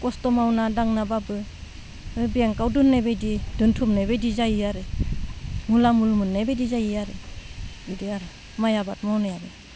खस्थ' मावना दांनाब्लाबो बेंकआव दोननाय बायदि दोनथुमनाय बायदि जायो आरो मुला मुल मोननाय बायदि जायो आरो बिदि आरो माइ आबाद मावनायाबो